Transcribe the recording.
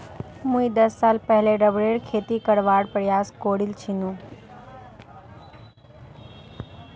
मुई दस साल पहले रबरेर खेती करवार प्रयास करील छिनु